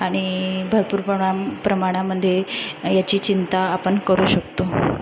आणि भरपूर प्रमाणा प्रमाणामध्ये याची चिंता आपण करू शकतो